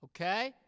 okay